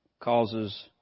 causes